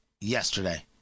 yesterday